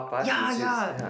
ya yeah